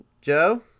Joe